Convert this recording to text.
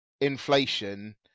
inflation